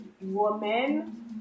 woman